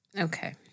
Okay